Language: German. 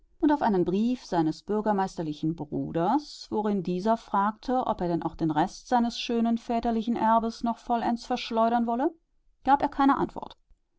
und auf einen brief seines bürgermeisterlichen bruders worin dieser fragte ob er denn auch den rest seines schönen väterlichen erbes noch vollends verschleudern wolle gab er keine antwort